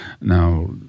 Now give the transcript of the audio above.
Now